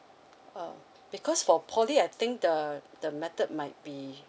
uh because for poly I think the the method might be